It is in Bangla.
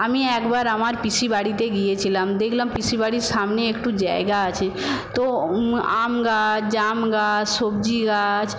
আমি একবার আমার পিসি বাড়িতে গিয়েছিলাম দেখলাম পিসি বাড়ির সামনে একটু জায়গা আছে তো আম গাছ জাম গাছ সবজি গাছ